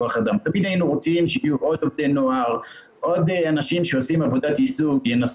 המשכי קשר בשביל שכל השנה אנשי מקצוע יהיו איתם בקשר וינסו